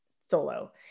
solo